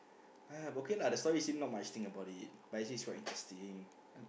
ah but okay lah the story is seem not much thing about it but is is quite interesting